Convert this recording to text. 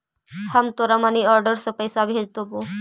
हम तोरा money order से पइसा भेज देबो